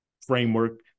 framework